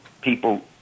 people